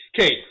okay